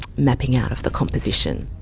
mapping out of the composition.